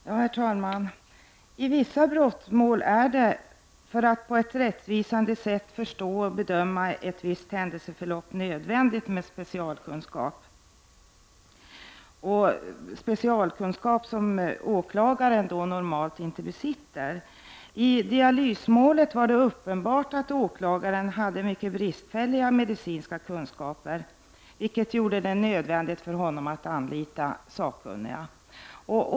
Herr talman! I vissa brottmål är det, för att på ett rättvisande sätt bedöma ett visst händelseförlopp, nödvändigt med specialkunskaper som åklagaren normalt inte besitter. I dialysmålet var det uppenbart att åklagaren hade mycket bristfälliga medicinska kunskaper, vilket gjorde det nödvändigt för honom att anlita sakkunniga.